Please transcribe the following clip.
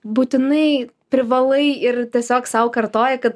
būtinai privalai ir tiesiog sau kartoji kad